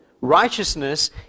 Righteousness